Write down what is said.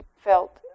felt